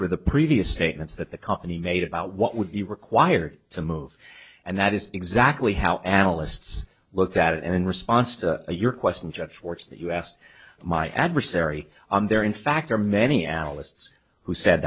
were the previous statements that the company made about what would be required to move and that is exactly how analysts looked at it and in response to your question jeff schwartz that you asked my adversary there are in fact are many analysts who said